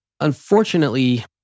Unfortunately